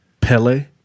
Pele